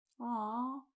Aww